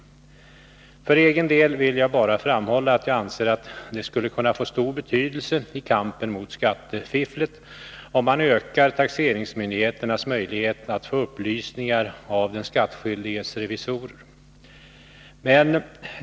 5 För egen «'el vill jag bara framhålla att jag anser att det skulle kunna få stor betydelse i kampen mot skattefifflet, om man ökar taxeringsmyndigheternas möjlighet att få upplysningar av den skattskyldiges revisor.